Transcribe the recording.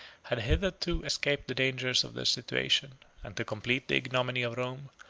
had hitherto escaped the dangers of their situation and to complete the ignominy of rome,